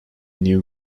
new